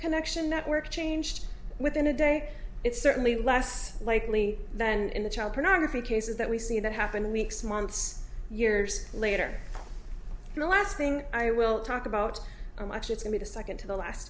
connection network changed within a day it's certainly less likely than in the child pornography cases that we see that happened weeks months years later the last thing i will talk about a much it's only the second to the last